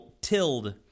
tilled